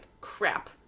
crap